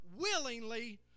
willingly